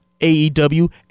aew